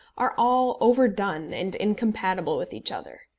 are all overdone and incompatible with each other.